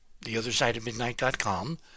theothersideofmidnight.com